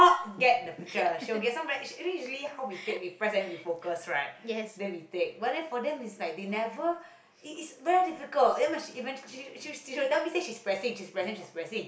yes